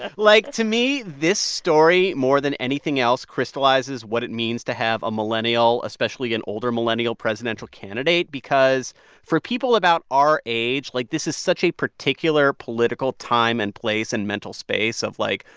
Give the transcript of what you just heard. ah like, to me, this story, more than anything else, crystallizes what it means to have a millennial especially an older millennial presidential candidate because for people about our age, like, this is such a particular political time and place and mental space of, like,